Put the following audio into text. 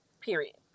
Period